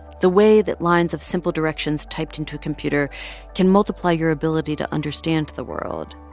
the way that lines of simple directions typed into a computer can multiply your ability to understand the world.